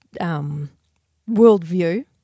worldview